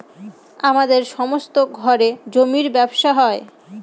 আমাদের সমস্ত ঘরে জমির ব্যবসা হয়